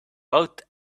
out